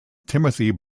timothy